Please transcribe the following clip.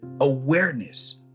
awareness